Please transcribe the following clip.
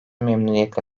memnuniyetle